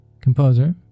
composer